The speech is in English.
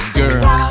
girl